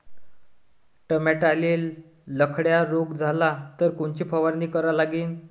टमाट्याले लखड्या रोग झाला तर कोनची फवारणी करा लागीन?